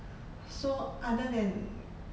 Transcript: so other than